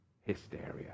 hysteria